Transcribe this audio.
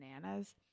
bananas